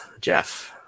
Jeff